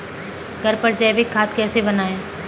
घर पर जैविक खाद कैसे बनाएँ?